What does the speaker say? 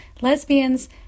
Lesbians